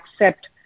accept